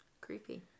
Creepy